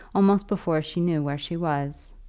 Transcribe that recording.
almost before she knew where she was.